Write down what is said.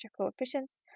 coefficients